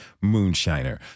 moonshiner